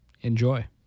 Enjoy